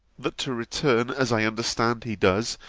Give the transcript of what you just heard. that to return, as i understand he does,